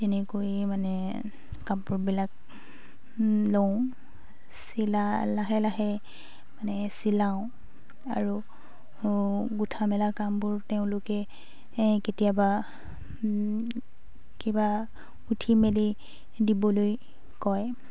তেনেকৈ মানে কাপোৰবিলাক লওঁ চিলা লাহে লাহে মানে চিলাওঁ আৰু গোঁঠা মেলা কামবোৰ তেওঁলোকে কেতিয়াবা কিবা গুঁঠি মেলি দিবলৈ কয়